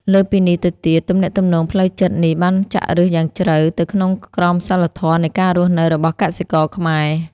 លើសពីនេះទៅទៀត ទំនាក់ទំនងផ្លូវចិត្តនេះបានចាក់ឫសយ៉ាងជ្រៅទៅក្នុងក្រមសីលធម៌នៃការរស់នៅរបស់កសិករខ្មែរ។